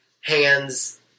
hands